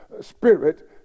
spirit